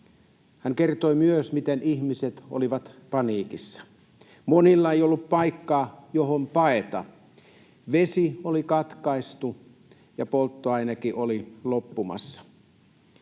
Hän kertoi myös, miten ihmiset olivat paniikissa. Monilla ei ollut paikkaa, johon paeta, vesi oli katkaistu, ja polttoainekin oli loppumassa.